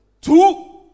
two